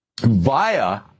via